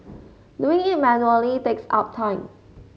doing it manually takes up time